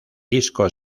disco